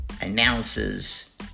Announces